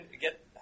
get